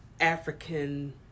African